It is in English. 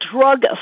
drug